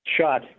Shot